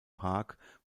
park